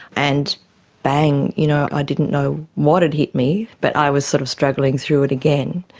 and bang, you know i didn't know what had hit me but i was sort of struggling through it again.